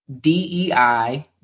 DEI